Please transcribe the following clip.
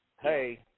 hey –